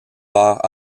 part